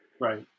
right